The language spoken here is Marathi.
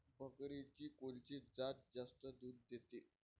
बकरीची कोनची जात जास्त दूध देते?